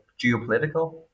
geopolitical